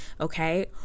okay